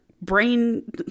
brain